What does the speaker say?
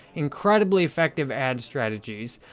incredibly effective ad strategies.